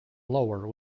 lower